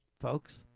folks